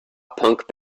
punk